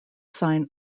sign